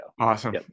awesome